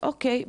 אוקיי,